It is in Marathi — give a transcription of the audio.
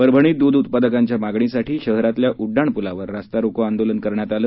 परभणीत दुध उत्पादकांच्या मागणीसाठी शहरातल्या उड्डाणपुलावर रास्तारोको आंदोलन करण्यात आले